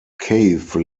cave